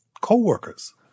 co-workers